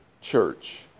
church